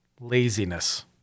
laziness